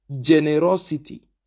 Generosity